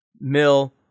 mill